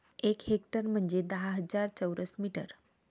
एक हेक्टर म्हंजे दहा हजार चौरस मीटर